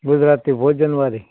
Gujarati ભોજનવાળી